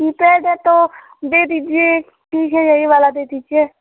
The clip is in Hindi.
कीपैड है तो दे दीजिए ठीक है यही वाला दे दीजिए